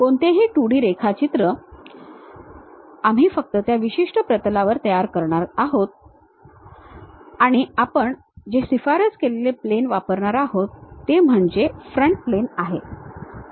कोणतेही 2D रेखाचित्र आम्ही फक्त त्या एका विशिष्ट प्रतलावर तयार करणार आहोत आणि आपण जे शिफारस केलेले प्लेन वापरणार आहोत ते म्हणजे फ्रंट प्लेन आहे